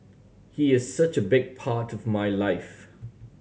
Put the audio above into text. he is such a big part of my life